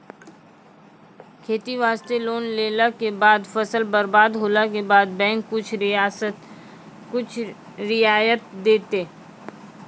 खेती वास्ते लोन लेला के बाद फसल बर्बाद होला के बाद बैंक कुछ रियायत देतै?